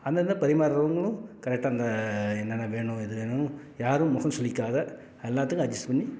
அங்கேங்க பரிமாறவங்களும் கரெக்டாக அந்த என்னென்ன வேணும் எது வேணும் யாரும் முகம் சுளிக்காத எல்லாத்துக்கும் அட்ஜஸ் பண்ணி